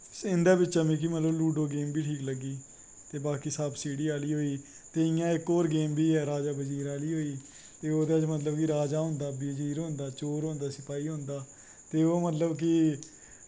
इंदै बिच्चा दा मिगी मतलव कि लूडो गेम बी शैल लग्गी ते बाकीसप सीढ़ी आह्ली होई ते इकहोरगेम बी ऐ राजा बज़ीर आह्ली होई ते ओह्दै च मतलव कि राजा होंदा बज़ीर होंदा चोर होंदा सिपाही होंदा ते ओह् मतलव कि